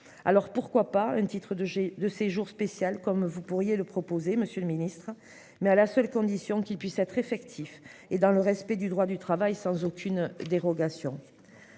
alors pourquoi pas un titre de jets de séjour spécial comme vous pourriez le proposer Monsieur le Ministre. Mais à la seule condition qu'il puisse être effectif et dans le respect du droit du travail, sans aucune dérogation.